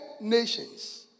nations